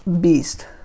Beast